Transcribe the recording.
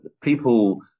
people